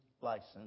license